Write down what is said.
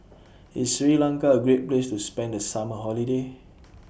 IS Sri Lanka A Great Place to spend The Summer Holiday